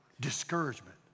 discouragement